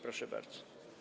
Proszę bardzo.